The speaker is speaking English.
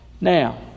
Now